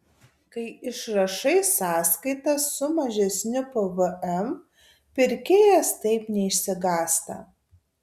kai išrašai sąskaitą su mažesniu pvm pirkėjas taip neišsigąsta